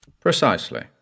Precisely